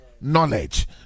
knowledge